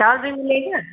चावल भी मिलेगा